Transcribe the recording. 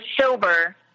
sober